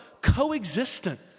co-existent